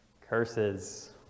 Curses